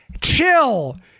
Chill